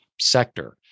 sector